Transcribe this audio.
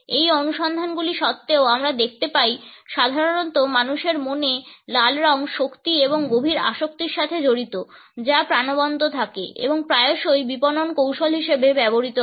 এই অনুসন্ধানগুলি সত্ত্বেও আমরা দেখতে পাই সাধারণত মানুষের মনে লাল রং শক্তি এবং গভীর আসক্তির সাথে জড়িত যা প্রাণবন্ত থাকে এবং প্রায়শই বিপণন কৌশল হিসাবে ব্যবহৃত হয়